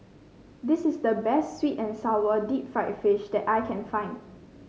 this is the best sweet and sour Deep Fried Fish that I can find